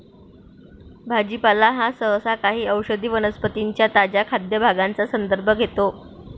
भाजीपाला हा सहसा काही औषधी वनस्पतीं च्या ताज्या खाद्य भागांचा संदर्भ घेतो